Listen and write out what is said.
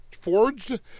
Forged